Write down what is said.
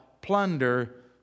plunder